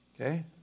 Okay